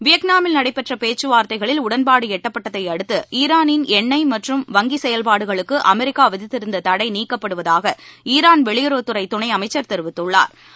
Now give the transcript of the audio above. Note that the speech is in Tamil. வியாட்நாமில் நடைபெற்ற பேச்சுவார்தைகளில் உடன்பாடு எட்டப்பட்டதை அடுத்து ஈரானின் எண்ணெய் மற்றும் வங்கி செயல்பாடுகளுக்கு அமெரிக்கா விதித்திருந்த தடை நீக்கப்படுவதாக ஈரான் வெளியுறவுத்துறை துணை அமைச்சர் திரு அப்பாஸ் அராக்சி தெரிவித்துள்ளார்